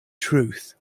truth